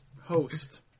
host